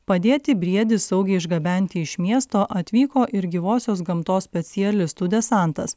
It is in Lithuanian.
padėti briedį saugiai išgabenti iš miesto atvyko ir gyvosios gamtos specialistų desantas